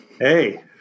Hey